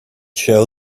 show